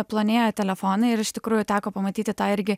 plonėja telefonai ir iš tikrųjų teko pamatyti tą irgi